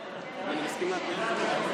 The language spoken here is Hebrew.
אני רוצה להתנגד.